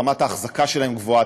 רמת האחזקה שלהן גבוהה,